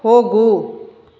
ಹೋಗು